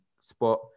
spot